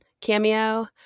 cameo